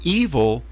evil